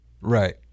Right